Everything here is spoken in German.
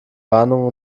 warnungen